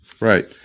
Right